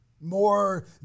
more